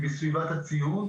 כסביבת הציון,